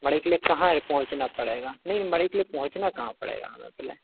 मढ़ई के लिए कहाँ ये पहुँचना पड़ेगा नहीं मढ़ई के लिए पहुँचना कहाँ पड़ेगा हमें पहले